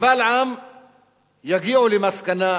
קבל עם יגיעו למסקנה,